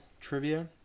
trivia